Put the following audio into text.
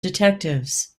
detectives